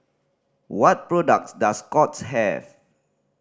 what products does Scott's have